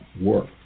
work